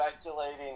speculating